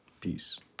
peace